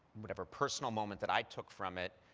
whatever personal moment that i took from it.